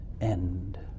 end